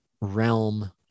realm